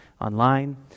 online